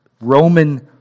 Roman